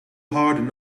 hardin